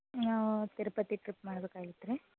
ನಾವು ತಿರುಪತಿ ಟ್ರಿಪ್ ಮಾಡ್ಬೇಕಾಗಿತ್ತು ರೀ